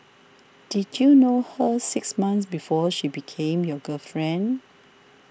did you know her six months before she became your girlfriend